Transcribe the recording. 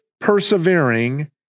persevering